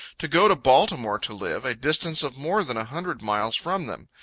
to go to baltimore to live, a distance of more than a hundred miles from them.